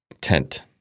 Tent